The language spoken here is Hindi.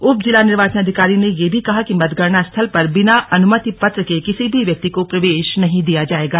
उप जिला निर्वाचन अधिकारी ने यह भी कहा कि मतगणना स्थल पर बिना अनुमति पत्र के किसी भी व्यक्ति को प्रवेश नहीं दिया जायेगा